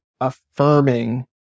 affirming